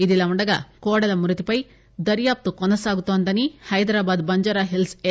ఇదిలా వుండగా కోడెల మృతిపై దర్యాప్తు కొనసాగుతోందని హైదరాబాద్ బంజారాహిల్స్ ఏ